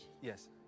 Yes